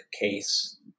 case